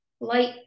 light